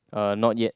uh not yet